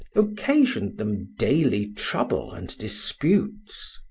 occasioned them daily trouble and disputes.